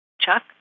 Chuck